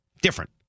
Different